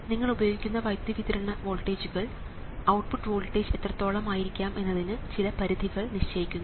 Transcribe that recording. നിങ്ങൾ ഉപയോഗിക്കുന്ന വൈദ്യുതി വിതരണ വോൾട്ടേജുകൾ ഔട്ട്പുട്ട് വോൾട്ടേജ് എത്രത്തോളം ആയിരിക്കാം എന്നതിന് ചില പരിധികൾ നിശ്ചയിക്കുന്നു